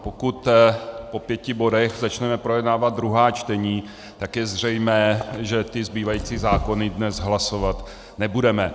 Pokud po pěti bodech začneme projednávat druhá čtení, tak je zřejmé, že ty zbývající zákony dnes hlasovat nebudeme.